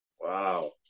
Wow